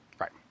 right